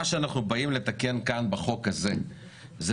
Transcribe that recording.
מה שאנחנו באים לתקן כאן בחוק הזה זה